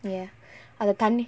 ya அந்த தண்ணி:antha thanni